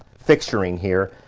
fixuring here.